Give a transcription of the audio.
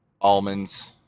almonds